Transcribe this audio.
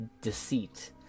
deceit